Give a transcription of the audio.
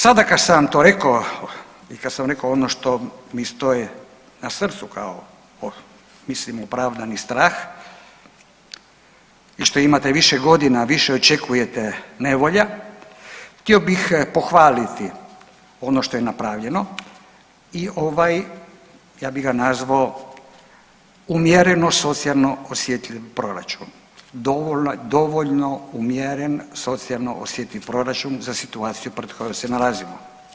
Sada kad sam to rekao i kad sam rekao ono što mi stoji na srcu kao mislim opravdani strah i što imate više godina više očekujete nevolja, htio bih pohvaliti ono što je napravljeno i ja bi ga nazvao umjereno socijalno osjetljiv proračun, dovoljno umjeren socijalno osjetljiv proračun za situaciju pred kojoj se nalazimo.